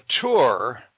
tour